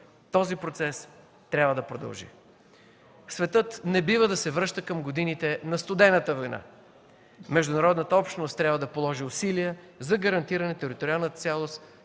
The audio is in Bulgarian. Този процес трябва да продължи. Светът не бива да се връща към годините на Студената война. Международната общност трябва да положи усилия за гарантиране на териториалната цялост